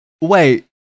wait